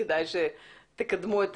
כדאי שתקדמו את